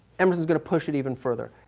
emerson's going to push it even further.